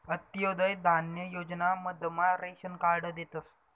अंत्योदय धान्य योजना मधमा रेशन कार्ड देतस